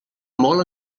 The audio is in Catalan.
molt